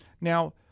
Now